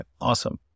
awesome